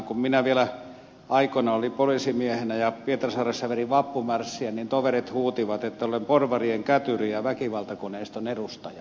kun minä vielä aikoinani olin poliisimiehenä ja pietarsaaressa vedin vappumarssia niin toverit huusivat että olen porvarien kätyri ja väkivaltakoneiston edustaja